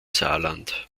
saarland